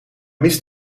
mist